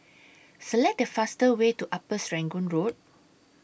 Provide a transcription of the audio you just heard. Select The fastest Way to Upper Serangoon Road